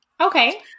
Okay